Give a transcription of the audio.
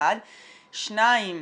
שניים,